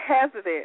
hesitant